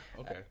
okay